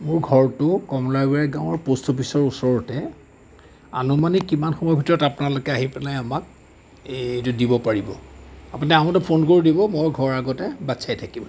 মোৰ ঘৰটো কমলাবাৰী গাঁৱৰ প'ষ্ট অফিচৰ ওচৰতে আনুমানিক কিমান সময়ৰ ভিতৰত আপোনালোকে আহি পেলাই আমাক এইটো দিব পাৰিব আপুনি আহোঁতে ফোন কৰি দিব মই ঘৰৰ আগতে বাট চাই থাকিম